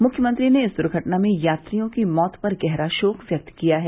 मुख्यमंत्री ने इस दर्घटना में यात्रियों की मौत पर गहरा शोक व्यक्त किया है